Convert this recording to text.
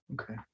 Okay